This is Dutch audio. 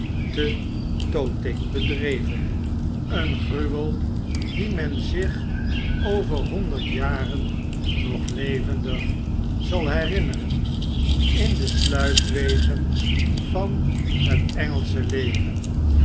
te tooting bedreven een gruwel die men zich over honderd jaren nog leven dig zal herinneren in de sluipwegen van het engelsche leven